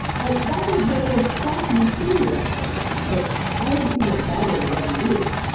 and that was one of the most shocking things about this whole thing because i hadn't seen my father in eleven years.